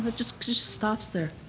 but just stops there.